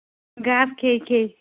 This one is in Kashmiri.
گاسہٕ کھے کھے